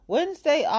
Wednesday